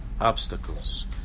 obstacles